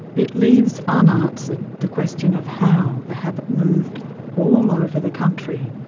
it leaves unanswered the question of how the habit moved all over the country,